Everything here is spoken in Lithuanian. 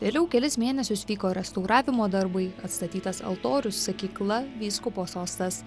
vėliau kelis mėnesius vyko restauravimo darbai atstatytas altorius sakykla vyskupo sostas